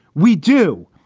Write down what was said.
we do.